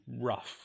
rough